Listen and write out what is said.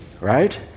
right